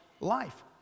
life